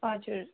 हजुर